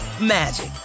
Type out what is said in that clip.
magic